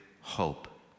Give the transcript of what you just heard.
hope